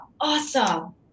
awesome